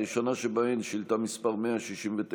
הראשונה שבהן, שאילתה מס' 169,